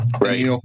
Right